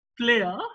player